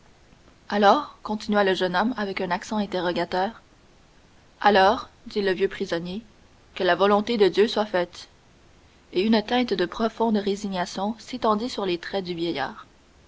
alors continua le jeune homme avec un accent interrogateur alors dit le vieux prisonnier que la volonté de dieu soit faite et une teinte de profonde résignation s'étendit sur les traits du vieillard